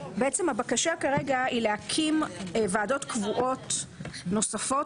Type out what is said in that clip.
בעצם הבקשה כרגע היא להקים ועדות קבועות נוספות,